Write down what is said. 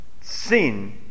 sin